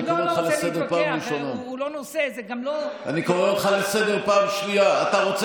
אני קורא אותך לסדר פעם ראשונה.